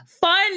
fun